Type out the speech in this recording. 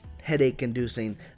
headache-inducing